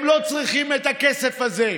הם לא צריכים את הכסף הזה.